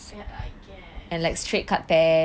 ya I guess